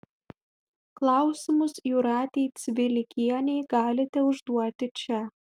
klausimus jūratei cvilikienei galite užduoti čia